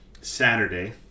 Saturday